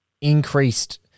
increased